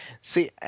see